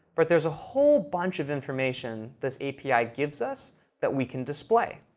but there's a whole bunch of information this api gives us that we can display.